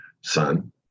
son